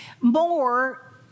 more